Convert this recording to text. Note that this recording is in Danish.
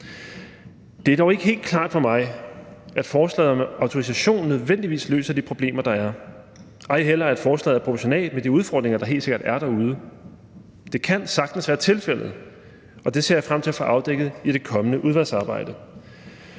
Det er dog ikke helt klart for mig, at forslaget om autorisation nødvendigvis løser de problemer, der er, ej heller at forslaget er proportionalt med de udfordringer, der helt sikkert er derude. Det kan sagtens være tilfældet, og det ser jeg frem til at få afdækket i det kommende udvalgsarbejde.